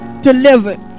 delivered